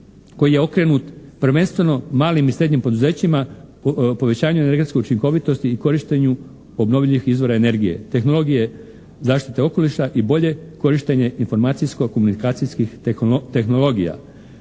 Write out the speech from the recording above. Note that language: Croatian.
koji je okrenut prvenstveno malim i srednjim poduzećima, povećanju energetske učinkovitosti i korištenju obnovljivih izvora energije, tehnologije zaštite okoliša i bolje korištenje informacijsko-komunikacijskih tehnologija.